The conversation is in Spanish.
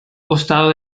costado